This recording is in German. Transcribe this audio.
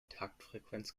taktfrequenz